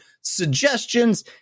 suggestions